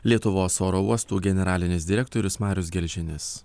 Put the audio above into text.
lietuvos oro uostų generalinis direktorius marius gelžinis